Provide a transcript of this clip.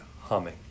humming